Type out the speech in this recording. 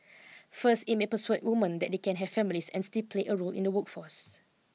first it may persuade women that they can have families and still play a role in the workforce